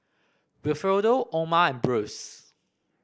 Wilfredo Oma and Bruce